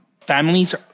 families